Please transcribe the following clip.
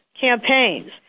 campaigns